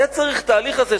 היה צריך את ההליך הזה,